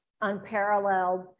unparalleled